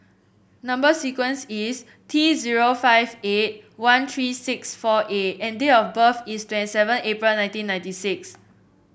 number sequence is T zero five eight one tree six four A and date of birth is twenty seven April nineteen ninety six